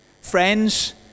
Friends